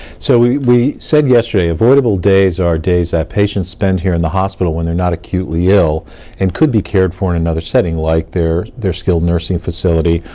so we we said yesterday, avoidable days are days that patients spend here in the hospital when they're not acutely ill and could be cared for in another setting, like their skilled nursing facility,